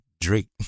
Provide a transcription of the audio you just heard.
Drake